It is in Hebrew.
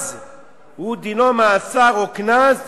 דינו מאסר או קנס,